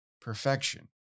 perfection